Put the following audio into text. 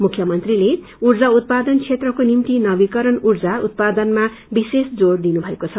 मुख्यमंत्रीले ऊर्जा उत्पादन क्षेत्रको निम्ति नवीकरण ऊर्जा उत्पादनमा विशेष जोड़ दिएको छ